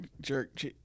jerk